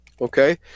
Okay